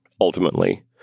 ultimately